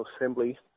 Assembly